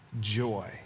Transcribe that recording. joy